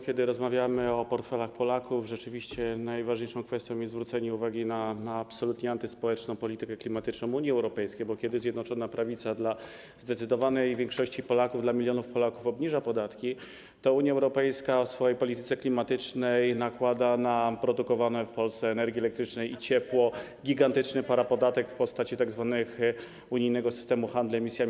Kiedy rozmawiamy o portfelach Polaków, rzeczywiście najważniejszą kwestią jest zwrócenie uwagi na absolutnie antyspołeczną politykę klimatyczną Unii Europejskiej, bo kiedy Zjednoczona Prawica dla zdecydowanej większości Polaków, dla milionów Polaków obniża podatki, to Unia Europejska w swojej polityce klimatycznej nakłada na produkowane w Polsce energię elektryczną i ciepło gigantyczny parapodatek w postaci tzw. unijnego systemu handlu emisjami.